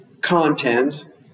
content